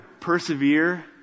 persevere